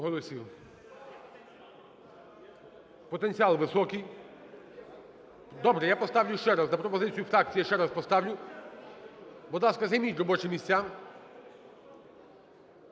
Потенціал високий. Добре, я поставлю ще раз, на пропозицію фракції, я ще раз поставлю. Будь ласка, займіть робочі місця.